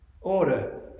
Order